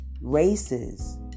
races